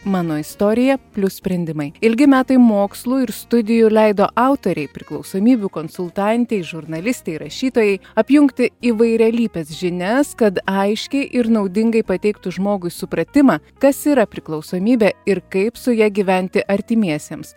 mano istorija plius sprendimai ilgi metai mokslų ir studijų leido autorei priklausomybių konsultantei žurnalistei rašytojai apjungti įvairialypes žinias kad aiškiai ir naudingai pateiktų žmogui supratimą kas yra priklausomybė ir kaip su ja gyventi artimiesiems